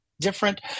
different